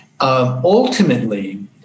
Ultimately